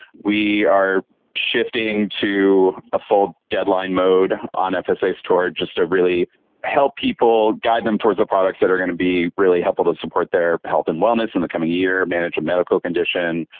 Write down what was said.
we are shifting to a full deadline mode on fsa toward just to really help people guide them towards the products that are going to be really helpful to support their health and wellness in the coming year, manage a medical condition.